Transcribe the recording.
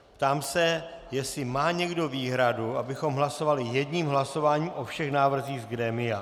Ptám se, jestli má někdo výhradu, abychom hlasovali jedním hlasováním o všech návrzích z grémia.